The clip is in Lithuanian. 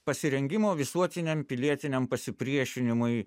pasirengimo visuotiniam pilietiniam pasipriešinimui